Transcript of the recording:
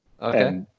Okay